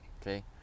okay